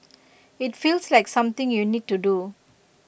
IT feels like something you need to do